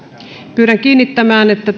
pyydän kiinnittämään